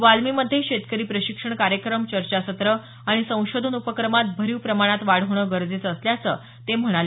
वाल्मीमध्ये शेतकरी प्रशिक्षण कार्यक्रम चर्चासत्रं आणि संशोधन उपक्रमात भरीव प्रमाणात वाढ होणं गरजेचं असल्याचं ते म्हणाले